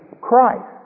Christ